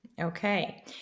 Okay